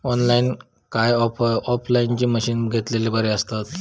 Online काय offline मशीनी घेतलेले बरे आसतात?